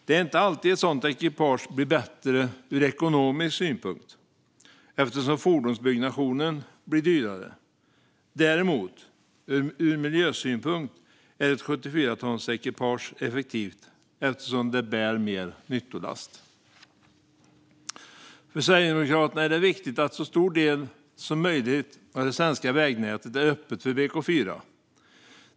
Det är inte alltid ett sådant ekipage blir bättre ur ett ekonomiskt perspektiv eftersom fordonsbyggnationen blir dyrare. Däremot är ett 74-tonsekipage effektivt ur miljösynpunkt eftersom det bär mer nyttolast. För Sverigedemokraterna är det viktigt att en så stor del som möjligt av det svenska vägnätet är öppet för BK4.